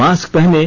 mask पहनें